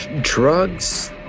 drugs